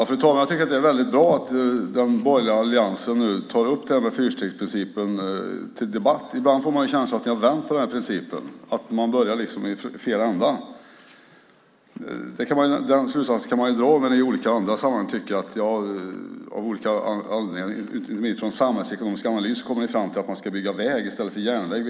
Fru talman! Jag tycker att det är väldigt bra att den borgerliga alliansen nu tar upp fyrstegsprincipen till debatt. Ibland får man en känsla av att ni har vänt på den principen. Ni börjar liksom i fel ände. Den slutsatsen kan man dra när ni i olika andra sammanhang och i samhällsekonomisk analys kommer fram till att man ska bygga väg i stället för järnväg.